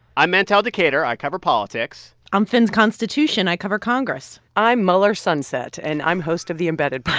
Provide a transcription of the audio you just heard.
i'm mantel decatur. i cover politics i'm finz constitution. i cover congress i'm mueller sunset, and i'm host of the embedded